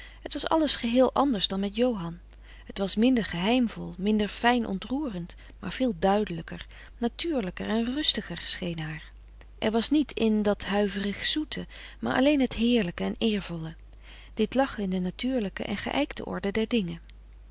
het was alles geheel anders dan met johan het was minder geheim vol minder fijn ontroerend maar veel duidelijker natuurlijker en rustiger scheen haar er was niet in dat huiverigzoete maar alleen het heerlijke en eervolle dit lag in de natuurlijke en ge ijkte orde der dingen